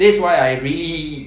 that's why I really